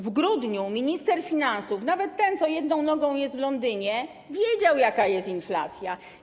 W grudniu minister finansów, nawet ten, co jedną nogą jest w Londynie, wiedział, jaka jest inflacja.